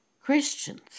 Christians